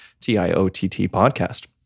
tiottpodcast